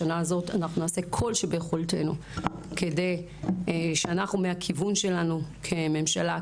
השנה הזאת אנחנו נעשה כל שביכולתנו כדי שאנחנו מהכיוון שלנו כממשלה,